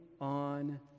on